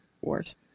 wars